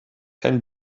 can